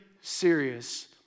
serious